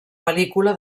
pel·lícula